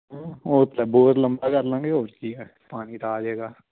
bore ਲੰਬਾ ਕਰ ਲਵਾਂਗੇ ਹੋਰ ਕੀ ਹੈ ਪਾਣੀ ਤਾਂ ਆ ਜਾਏਗਾ